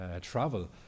travel